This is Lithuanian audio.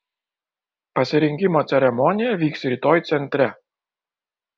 pasirinkimo ceremonija vyks rytoj centre